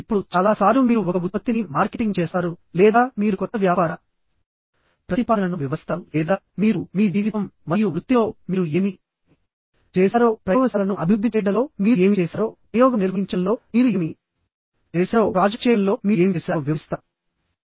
ఇప్పుడు చాలా సార్లు మీరు ఒక ఉత్పత్తిని మార్కెటింగ్ చేస్తారు లేదా మీరు కొత్త వ్యాపార ప్రతిపాదనను వివరిస్తారు లేదా మీరు మీ జీవితం మరియు వృత్తిలో మీరు ఏమి చేశారో ప్రయోగశాలను అభివృద్ధి చేయడంలో మీరు ఏమి చేశారో ప్రయోగం నిర్వహించడంలో మీరు ఏమి చేశారో ప్రాజెక్ట్ చేయడంలో మీరు ఏమి చేశారో వివరిస్తారు